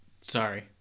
Sorry